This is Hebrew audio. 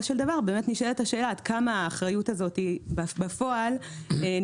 של דבר באמת נשאלת השאלה עד כמה האחריות הזאת היא בפועל נאכפת,